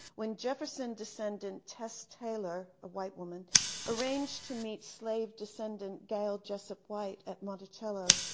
when jefferson descendant, tess taylor, a white woman arranged to meet slave descendant gayle jessup white at monticello,